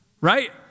Right